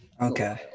Okay